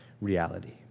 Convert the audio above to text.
reality